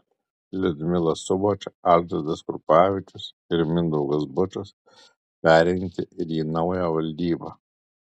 liudmila suboč algirdas krupavičius ir mindaugas bučas perrinkti ir į naują valdybą